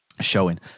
showing